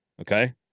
Okay